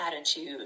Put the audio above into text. attitude